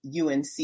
UNC